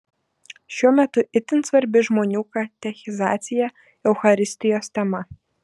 šiuo metu itin svarbi žmonių katechizacija eucharistijos tema